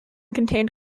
contained